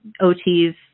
OTs